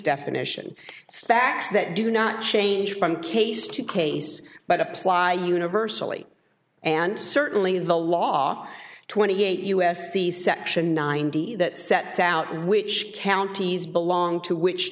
definition facts that do not change from case to case but apply universally and certainly the law twenty eight us c section ninety that sets out which counties belong to which